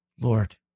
Lord